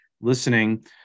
listening